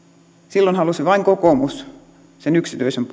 silloin halusi vain kokoomus sen yksityisen